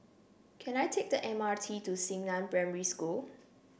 can I take the M R T to Xingnan Primary School